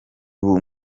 ubu